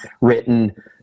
written